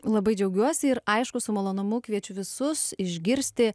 labai džiaugiuosi ir aišku su malonumu kviečiu visus išgirsti